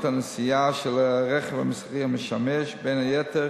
הנסיעה של הרכב המסחרי המשמש בין היתר